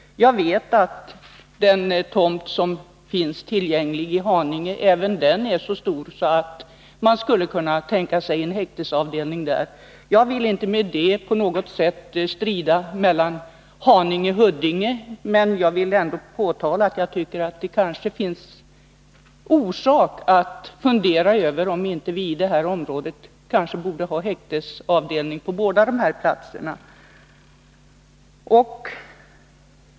Jag vet att även den tomt som finns tillgänglig i Haninge är så stor att man skulle kunna tänka sig en häktesavdelning där. Jag vill med detta inte på något sätt förorsaka en strid mellan Haninge och Huddinge, men jag vill ändå påtala att det kanske finns orsak att fundera över om vi inte borde ha häktesavdelning på båda dessa platser.